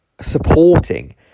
supporting